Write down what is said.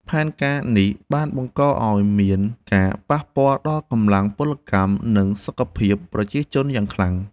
ផែនការនេះបានបង្កឱ្យមានការប៉ះពាល់ដល់កម្លាំងពលកម្ម និងសុខភាពប្រជាជនយ៉ាងខ្លាំង។